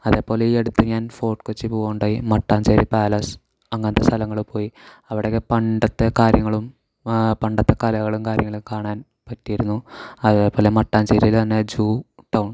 അതേപോലെ ഈ അടുത്ത് ഞാൻ ഫോട് കൊച്ചി പോവുകയുണ്ടായി മട്ടാഞ്ചേരി പാലസ് അങ്ങനെത്തെ സ്ഥലങ്ങൾ പോയി അവിടെയൊക്കെ പണ്ടത്തെ കാര്യങ്ങളും പണ്ടത്തെ കലകളും കാര്യങ്ങളും കാണാൻ പറ്റിയിരുന്നു അതേപോലെ മട്ടാഞ്ചേരിയിലെ തന്നെ ജൂ ടൗൺ